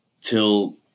till